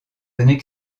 années